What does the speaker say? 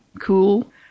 cool